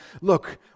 look